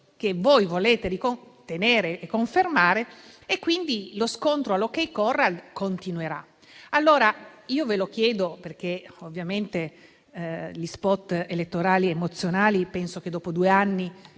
che voi volete tenere e confermare e quindi lo scontro all'O.K. Corral continuerà. Allora, ve lo chiedo perché ovviamente penso che gli spot elettorali emozionali, dopo due anni